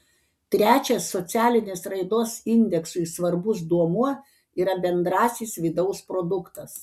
trečias socialinės raidos indeksui svarbus duomuo yra bendrasis vidaus produktas